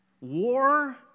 war